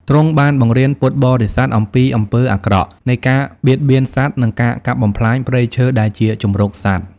ទ្រង់បានបង្រៀនពុទ្ធបរិស័ទអំពីអំពើអាក្រក់នៃការបៀតបៀនសត្វ និងការកាប់បំផ្លាញព្រៃឈើដែលជាជម្រកសត្វ។